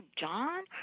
John